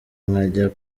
nkajya